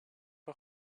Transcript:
een